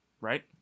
Right